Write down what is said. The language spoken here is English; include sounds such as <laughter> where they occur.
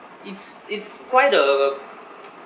it's it's quite a <noise>